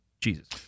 jesus